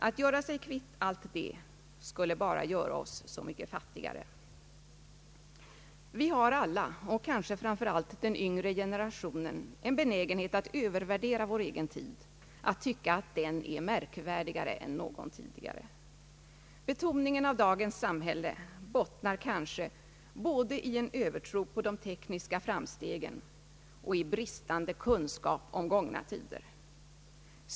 Att göra sig kvitt allt detta skulle bara göra oss så mycket fattigare. Vi har alla, och kanske framför allt den yngre generationen, en benägenhet att övervärdera vår egen tid, att tycka att den är märkvärdigare än någon tidigare. Betoningen av dagens samhälle bottnar kanske både i en övertro på de tekniska framstegen och i bristande kunskap om gångna tider.